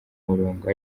murongo